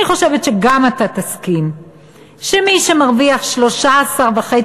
אני חושבת שגם אתה תסכים שמי שמרוויח 13,500